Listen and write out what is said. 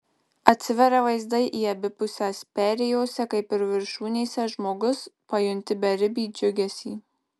atsiveria vaizdai į abi puses perėjose kaip ir viršūnėse žmogus pajunti beribį džiugesį